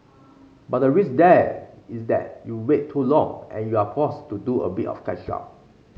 but the risk there is that you wait too long and you're forced to do a bit of catch up